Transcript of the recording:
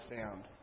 sound